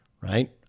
right